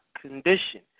condition